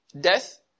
death